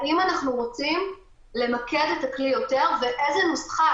אם רוצים למקד את הכלי יותר ואיזה נוסחה,